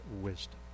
wisdom